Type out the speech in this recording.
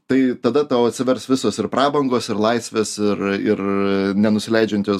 tai tada tau atsivers visos ir prabangos ir laisvės ir ir nenusileidžiančios